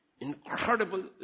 Incredible